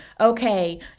Okay